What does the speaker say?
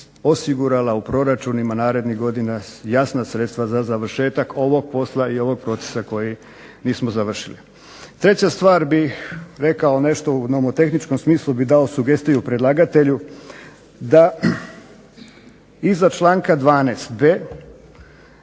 osigurala u proračunima narednih godina jasna sredstva za završetak ovog posla i ovog procesa koji nismo završili. Treća stvar bih rekao nešto, u nomotehničkom smislu bih dao sugestiju predlagatelju da iza članka 12.b